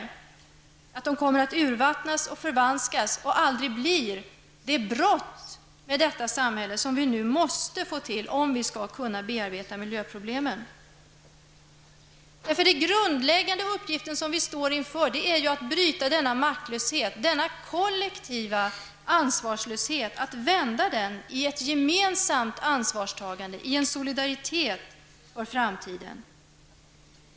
Jag är alltså orolig för att utredningarna kommer att urvattnas och förvanskas och för att de aldrig kommer att leda till den brytning med detta samhälle som vi nu måste få till stånd för att det skall vara möjligt att bearbeta miljöproblemen. Den grundläggande uppgift som vi står inför är att vi bryter med denna maktlöshet, denna kollektiva ansvarslöshet. Det gäller att få till stånd en vändning, så att det i stället blir ett gemensamt ansvarstagande, en solidaritet, inför framtiden.